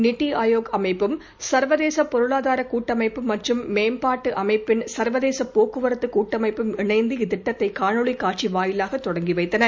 நித்தி ஆயோக் அமைப்பும் சர்வதேச பொருளாதார கூட்டமைப்பு மற்றும் மேம்பாட்டு அமைப்பின் சர்வதேச போக்குவரத்து கூட்டமைப்பும் இணைந்து இத்திட்டத்தைக் காணொளி காட்சி வாயிலாக தொடங்கி வைத்தன